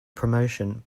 promotion